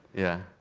yeah.